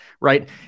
Right